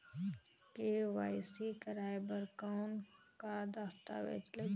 KYC कराय बर कौन का दस्तावेज लगही?